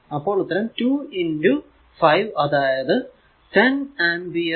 അപ്പോൾ ഉത്തരം 2 5 അതായതു 10 ആമ്പിയർ